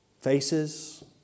faces